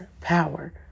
power